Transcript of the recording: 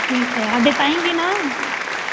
ठीक है आप बताएँगी ना